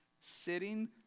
sitting